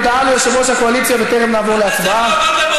הודעה ליושב-ראש הקואליציה בטרם נעבור להצבעה.